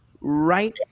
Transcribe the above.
Right